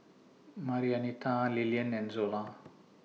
Marianita Lillian and Zola